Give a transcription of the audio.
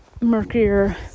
murkier